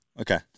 okay